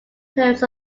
terms